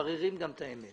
וזה לברר את האמת.